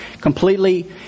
Completely